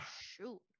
Shoot